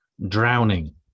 drowning